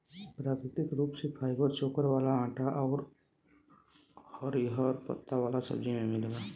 प्राकृतिक रूप से फाइबर चोकर वाला आटा आउर हरिहर पत्ता वाला सब्जी में मिलेला